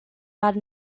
out